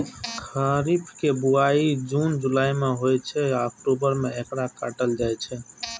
खरीफ के बुआई जुन जुलाई मे होइ छै आ अक्टूबर मे एकरा काटल जाइ छै